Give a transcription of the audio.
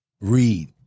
read